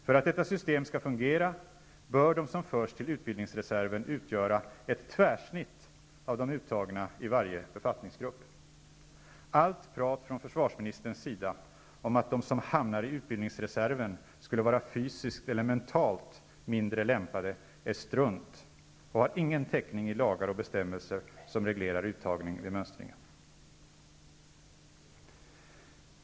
För att detta system skall fungera bör de som förs till utbildningsreserven utgöra ett tvärsnitt av de uttagna i varje befattningsgrupp. Allt prat från försvarsministerns sida om att de som hamnar i utbildningsreserven skulle vara fysiskt eller mentalt mindre lämpade är strunt och har ingen täckning i lagar och bestämmelser som reglerar uttagning vid mönstringen.